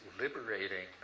liberating